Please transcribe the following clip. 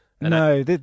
no